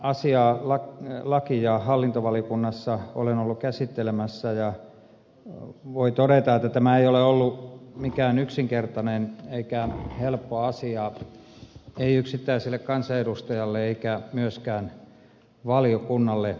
tätä asiaa laki ja hallintovaliokunnassa olen ollut käsittelemässä ja voin todeta että tämä ei ole ollut mikään yksinkertainen eikä helppo asia ei yksittäiselle kansanedustajalle eikä myöskään valiokunnalle